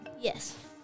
yes